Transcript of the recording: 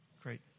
great